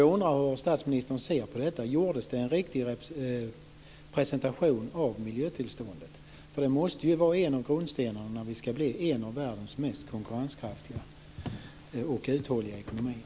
Jag undrar hur statsministern ser på detta. Gjordes det en riktig presentation av miljötillståndet? Det måste ju vara en av grundstenarna om vi ska bli en av världens mest konkurrenskraftiga och uthålliga ekonomier.